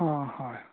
অঁ হয়